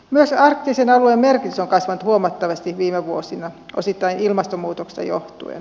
myös arktisen alueen merkitys on kasvanut huomattavasti viime vuosina osittain ilmastonmuutoksesta johtuen